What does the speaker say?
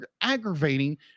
aggravating